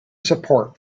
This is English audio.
support